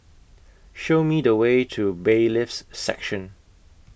Show Me The Way to Bailiffs' Section